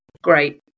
great